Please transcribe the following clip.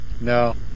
No